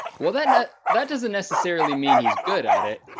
well that and that doesn't necessarily mean he's good at it,